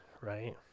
right